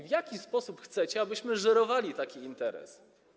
W jaki sposób chcecie, abyśmy żyrowali taki interes?